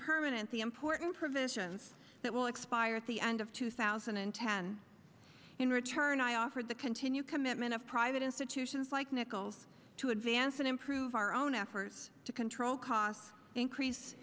permanent the important provisions that will expire at the end of two thousand and ten in return i offered the continued commitment of private institutions like nichols to advance and improve our own efforts to control costs increase